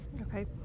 Okay